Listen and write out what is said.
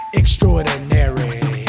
extraordinary